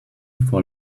for